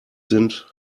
sind